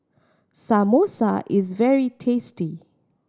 samosa is very tasty